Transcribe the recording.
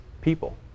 people